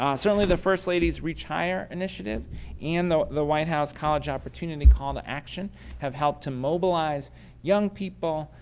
um certainly the first lady's reach higher initiative and the the white house college opportunity call to and action have helped to mobilize young people,